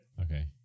Okay